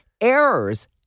errors